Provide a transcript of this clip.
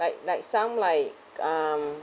like like some like um